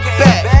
back